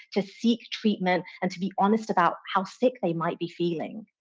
to seek treatment, and to be honest about how sick they might be feeling.